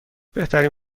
بهترین